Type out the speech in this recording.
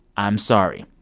i'm sorry.